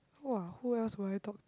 !wah! who else would I talk